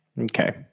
Okay